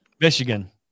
Michigan